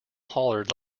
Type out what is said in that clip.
hollered